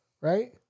Right